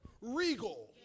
Regal